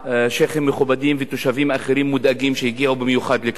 שיח'ים מכובדים ותושבים אחרים מודאגים שהגיעו במיוחד לכאן.